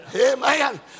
Amen